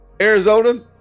Arizona